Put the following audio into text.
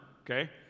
okay